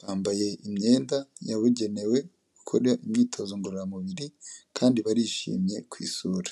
bambaye imyenda yabugenewe gukora imyitozo ngororamubiri kandi barishimye ku isura.